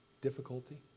difficulty